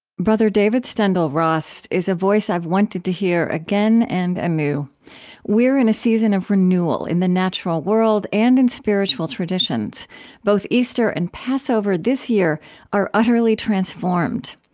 david steindl-rast is a voice i've wanted to hear again and anew. we're in a season of renewal in the natural world and in spiritual traditions both easter and passover this year are utterly transformed.